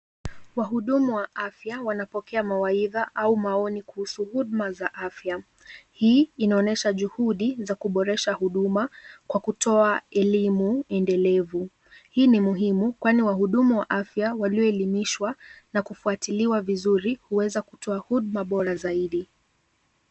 Wahudumu wa afya wanapokea mawaidha au maoni kuhusu huduma za afya. Hii inaonyesha juhudi za kuboresha huduma kwa kutoa elimu endelevu. Hii ni muhimu kwani wahudumu wa afya walioelimishwa na kufuatiliwa vizuri hueza kutoa huduma bora zaidi.